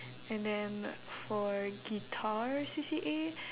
and then for guitar C_C_A